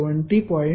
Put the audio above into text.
28 13